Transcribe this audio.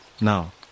Now